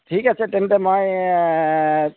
ঠিক আছে তেন্তে মই